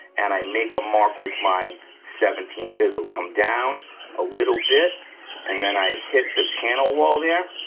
and i make a mark with my seventeen chisel, come down a little bit and then i hit the channel wall there,